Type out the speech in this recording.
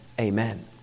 Amen